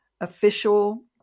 official